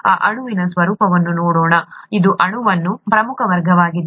ಈ ಅಣುವಿನ ಸ್ವರೂಪವನ್ನು ನೋಡೋಣ ಇದು ಅಣುಗಳ ಪ್ರಮುಖ ವರ್ಗವಾಗಿದೆ